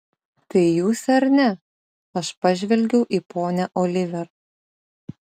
tai jūs ar ne aš pažvelgiau į ponią oliver